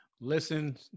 Listen